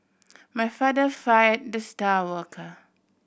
my father fire the star worker